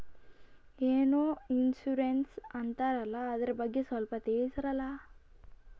ಏನೋ ಇನ್ಸೂರೆನ್ಸ್ ಅಂತಾರಲ್ಲ, ಅದರ ಬಗ್ಗೆ ಸ್ವಲ್ಪ ತಿಳಿಸರಲಾ?